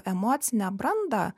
emocinę brandą